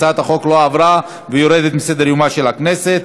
הצעת החוק לא עברה ויורדת מסדר-יומה של הכנסת.